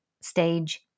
stage